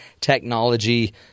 technology